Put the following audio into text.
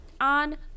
on